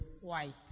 White